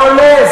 זה עולה?